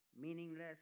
meaningless